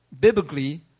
Biblically